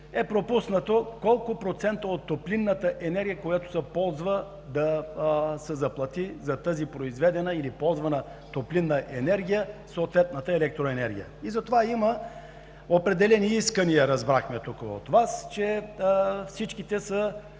е пропуснато колко процента от топлинната енергия, която се ползва, да се заплати за тази произведена или ползвана топлинна енергия съответната електроенергия, и затова има определени искания. Разбрахме тук от Вас, че всички те